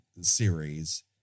series